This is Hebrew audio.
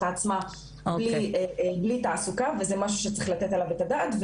עצמה בלי תעסוקה וזה משהו שצריך לתת עליו את הדעת.